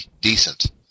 decent